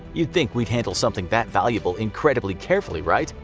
you'd think we'd handle something that valuable incredibly carefully, right?